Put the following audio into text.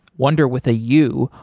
wunder with a u,